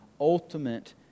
ultimate